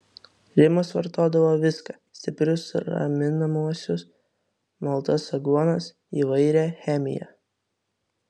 rimas vartodavo viską stiprius raminamuosius maltas aguonas įvairią chemiją